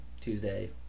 Tuesday